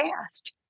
past